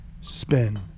Spin